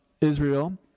Israel